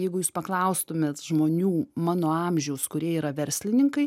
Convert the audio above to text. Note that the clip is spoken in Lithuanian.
jeigu jūs paklaustumėt žmonių mano amžiaus kurie yra verslininkai